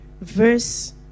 verse